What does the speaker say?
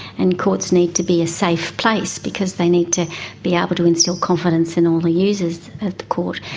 and courts need to be a safe place because they need to be able to instil confidence in all the users of the court,